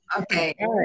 Okay